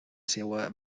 seua